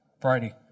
Friday